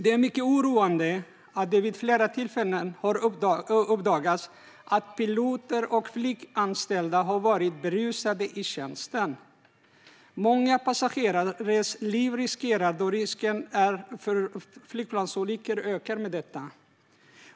Det är mycket oroande att det vid flera tillfällen har uppdagats att piloter och flyganställda har varit berusade i tjänsten. Många passagerares liv riskeras eftersom risken för flygplansolyckor ökar med detta.